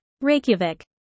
Reykjavik